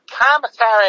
commentary